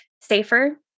safer